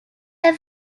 est